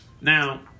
Now